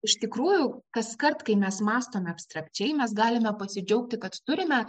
iš tikrųjų kaskart kai mes mąstome abstrakčiai mes galime pasidžiaugti kad turime